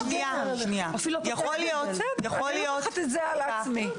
אני לוקחת את זה על עצמי.